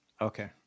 Okay